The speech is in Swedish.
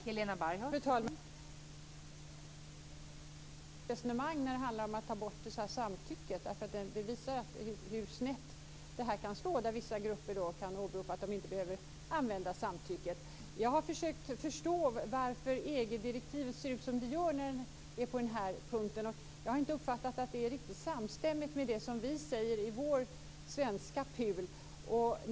Fru talman! Vi är egentligen helt överens. Det är detta vi bygger resonemanget på när det gäller att ta bort det här samtycket. Det visar hur snett det här kan slå när vissa grupper kan åberopa att de inte behöver använda samtycket. Jag har försökt förstå varför EG-direktivet ser ut som det gör på den här punkten, och jag har inte uppfattat att det är riktigt samstämmigt med det som vi säger i vår svenska PUL.